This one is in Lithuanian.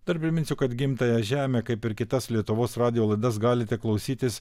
dar priminsiu kad gimtąją žemę kaip ir kitas lietuvos radijo laidas galite klausytis